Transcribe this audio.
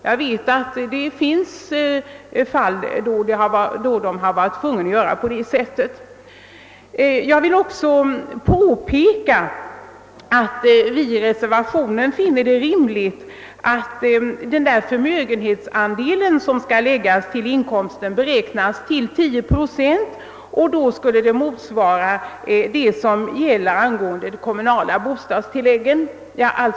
Jag vet att det finns sådana fall. Vi reservanter finner det rimligt att förmögenhetsandelen som skall läggas till inkomsten beräknas till 10 procent. Då motsvarar det vad som gäller för de kommunala bostadstilläggen.